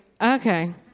Okay